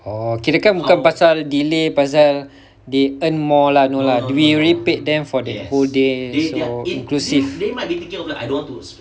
oh kirakan bukan pasal delay pasal they earn more lah no lah we we already paid them for that whole day so inclusive